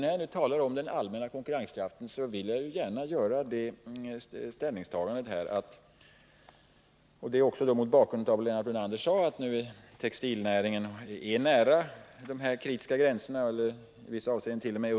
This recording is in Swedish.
När jag talar om den allmänna konkurrenskraften, så vill jag gärna säga — också mot bakgrund av det Lennart Brunander sade, nämligen att textilnäringen är nära de kritiska gränserna och i vissa avseendent.o.m.